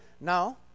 Now